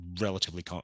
relatively